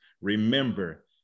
remember